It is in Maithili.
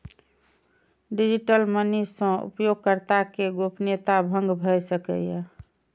डिजिटल मनी सं उपयोगकर्ता के गोपनीयता भंग भए सकैए